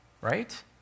right